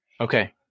Okay